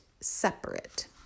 separate